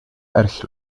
erg